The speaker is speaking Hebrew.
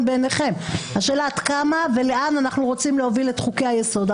בעיניכם אבל השאלה עד כמה ולאן אנחנו רוצים להוביל את חוקי היסוד.